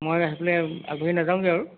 মই আহি পেলাই আগবাঢ়ি নাযাওঁগৈ আৰু